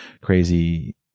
crazy